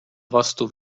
vastu